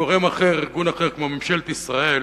גורם אחר, נניח ארגון אחר, כמו ממשלת ישראל,